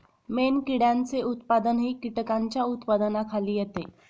मेणकिड्यांचे उत्पादनही कीटकांच्या उत्पादनाखाली येते